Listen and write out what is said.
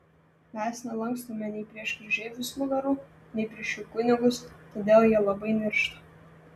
mes nelankstome nei prieš kryžeivius nugarų nei prieš jų kunigus todėl jie labai niršta